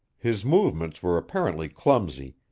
his movements were apparently clumsy,